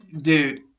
dude